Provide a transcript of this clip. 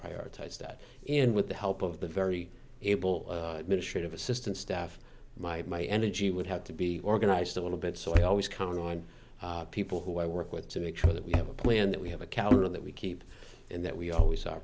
prioritize that and with the help of the very able ministry of assistant staff my my energy would have to be organized a little bit so i always come on people who i work with to make sure that we have a plan that we have a calendar that we keep and that we always are